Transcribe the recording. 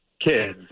kids